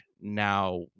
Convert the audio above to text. now